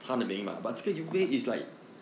um